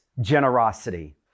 generosity